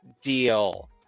deal